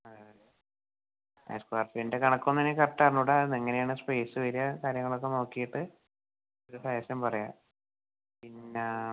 അതെ അതെ സ്ക്വയർ ഫീറ്റിൻ്റെ കണക്കൊന്നും എനിക്ക് കറക്റ്റ് അറിഞ്ഞുകൂടാ എങ്ങനെയാണ് സ്പേസ് വരിക കാര്യങ്ങളൊക്കെ നോക്കിയിട്ട് ഒരു സജഷൻ പറയുക പിന്നെ